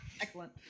Excellent